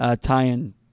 tie-in